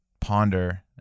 ponder